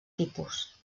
tipus